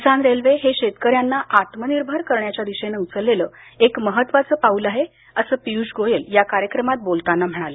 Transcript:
किसान railway हे शेतकऱ्यांना आत्मनिर्भर करण्याच्या दिशेनं उचललेलं महत्त्वाचं पाऊल आहे असं पियुष गोयल या कार्यक्रमात बोलताना म्हणाले